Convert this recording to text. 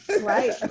Right